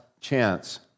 chance